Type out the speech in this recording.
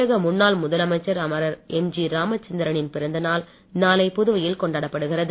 தமிழக முன்னாள் முதலமைச்சர் அமரர் எம்ஜி ராமச்சந்திரனின் பிறந்த நாள் நாளை புதுவையில் கொண்டாடப்படுகிறது